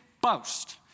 boast